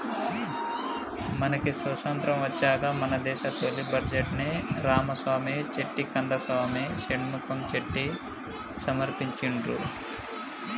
మనకి స్వతంత్రం వచ్చాక మన దేశ తొలి బడ్జెట్ను రామసామి చెట్టి కందసామి షణ్ముఖం చెట్టి సమర్పించిండ్రు